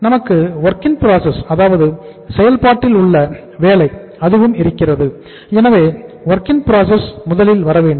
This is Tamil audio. நமக்கு வொர்க் இன் ப்ராசஸ் முதலில் வரவேண்டும்